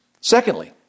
Secondly